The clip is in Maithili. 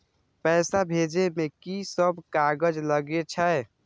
पैसा भेजे में की सब कागज लगे छै?